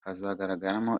hazagaragaramo